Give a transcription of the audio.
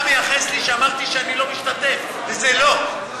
אתה מייחס לי שאמרתי שאני לא משתתף, וזה לא.